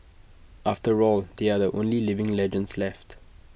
after all they are the only living legends left